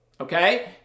Okay